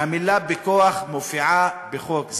והמילה "בכוח" מופיעה בחוק.